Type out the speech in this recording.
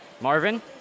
Marvin